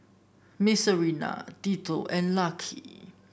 Marcelina Tito and Lucky